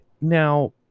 now